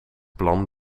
plan